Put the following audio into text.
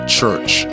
Church